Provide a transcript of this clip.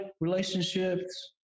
relationships